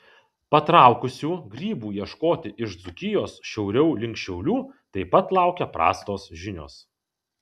patraukusių grybų ieškoti iš dzūkijos šiauriau link šiaulių taip pat laukia prastos žinios